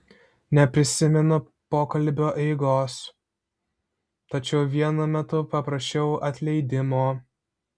neprisimenu pokalbio eigos tačiau vienu metu paprašiau atleidimo